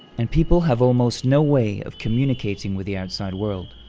and people have almost no way of communicating with the outside world.